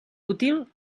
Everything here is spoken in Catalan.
útil